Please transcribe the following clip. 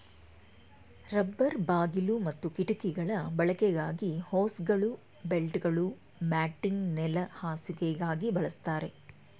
rubber ಬಾಗಿಲು ಮತ್ತು ಕಿಟಕಿಗಳ ಬಳಕೆಗಾಗಿ ಹೋಸ್ಗಳು ಬೆಲ್ಟ್ಗಳು ಮ್ಯಾಟಿಂಗ್ ನೆಲಹಾಸುಗಾಗಿ ಬಳಸ್ತಾರೆ